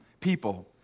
people